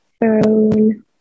phone